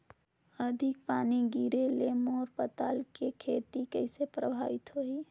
अधिक पानी गिरे ले मोर पताल के खेती कइसे प्रभावित होही?